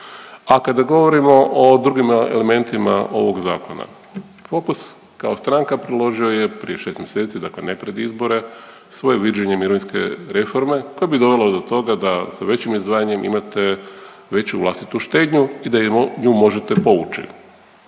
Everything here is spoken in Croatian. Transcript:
A kada govorimo o drugim elementima ovog zakona Fokus kao stranka predložio je prije šest mjeseci, dakle ne pred izbore svoje viđenje mirovinske reforme koja bi dovela do toga da sa većim izdvajanjem imate veću vlastitu štednju i da nju možete povući.